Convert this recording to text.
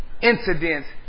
incidents